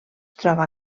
troba